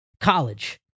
college